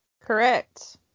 Correct